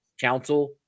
Council